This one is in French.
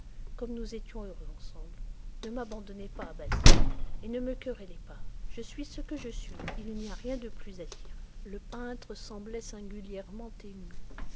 comme nous étions heureux ensemble ne m'abandonnez pas basil et ne me querellez pas je suis ce que je suis il n'y a rien de plus à dire le peintre semblait singulièrement ému